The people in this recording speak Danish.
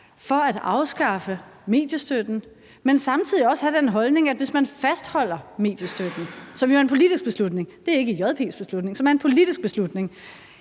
for at afskaffe mediestøtten, men samtidig også have den holdning, at hvis man fastholder mediestøtten – hvilket jo er en politisk beslutning og ikke JP/Politikens Hus' beslutning